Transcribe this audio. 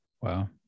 Wow